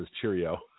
cheerio